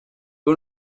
who